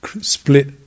split